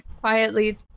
quietly